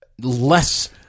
less